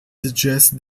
suggest